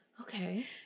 Okay